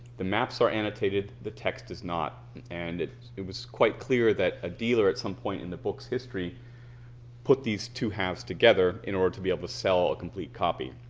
the maps are annotated, the text is not and it it was quite clear that a dealer at some point in the book's history put these two halves together in order to be able to sell a complete copy.